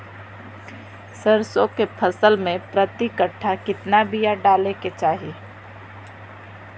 सरसों के फसल में प्रति कट्ठा कितना बिया डाले के चाही?